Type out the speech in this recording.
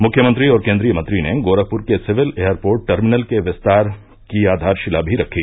मुख्यमंत्री और केन्द्रीय मंत्री ने गोरखपुर के सिविल एयरपोर्ट टर्मिनल के विस्तार की आधारशिला भी रखी